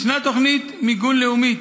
יש תוכנית מיגון לאומית,